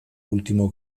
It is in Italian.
ultimo